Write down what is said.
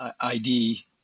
ID